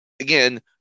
again